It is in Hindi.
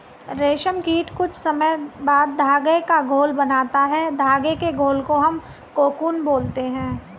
रेशम कीट कुछ समय बाद धागे का घोल बनाता है धागे के घोल को हम कोकून बोलते हैं